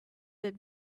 that